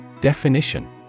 Definition